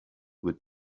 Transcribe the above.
with